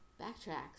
backtracks